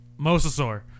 Mosasaur